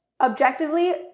objectively